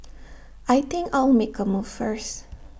I think I'll make A move first